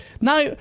now